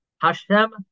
Hashem